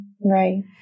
Right